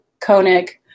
Koenig